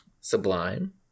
Sublime